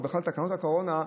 ובכלל תקנות הקורונה,